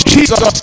Jesus